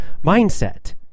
mindset